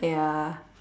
ya